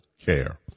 care